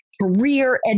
career